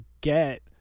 get